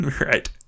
Right